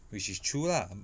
which is true lah